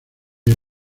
vea